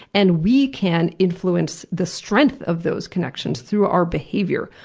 and we can influence the strength of those connections through our behavior.